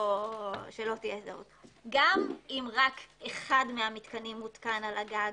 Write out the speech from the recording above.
גם אם רק אחד מהמתקנים הותקן על הגג,